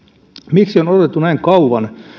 miksi on odotettu näin kauan